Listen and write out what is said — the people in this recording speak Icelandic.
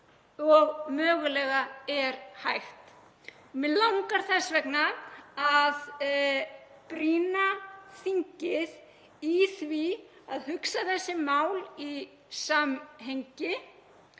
og mögulega er hægt. Mig langar þess vegna að brýna þingið í því að hugsa þessi mál í samhengi